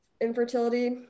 infertility